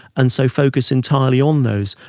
and so focus entirely on those.